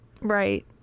right